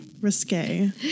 risque